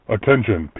Attention